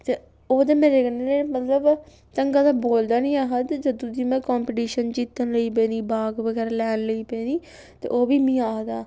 ते ओह् ते मेरे कन्नै ना मतलब ढंगा दा बोलदा निं है हा ते जदूं दी में कंपीटीशन जित्तन लग्गी पेदी भाग बगैरा लैन लग्गी पेदी ते ओह् बी मी आखदा